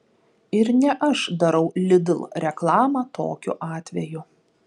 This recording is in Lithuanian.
ir ne aš darau lidl reklamą tokiu atveju